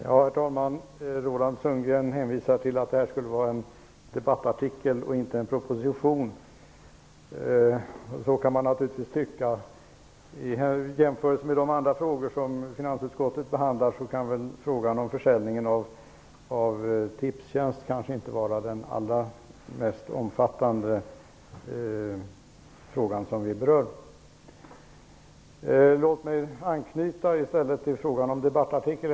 Herr talman! Roland Sundgren sade att detta handlar om en debattartikel och inte en proposition. Så kan man naturligtvis tycka. I jämförelse med de andra frågor som finansutskottet behandlar är frågan om försäljning av Tipstjänst kanske inte den allra mest omfattande. Jag vill anknyta till frågan om debattartikel.